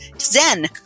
Zen